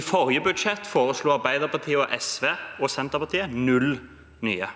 I forrige budsjett foreslo Arbeiderpartiet, SV og Senterpartiet null nye.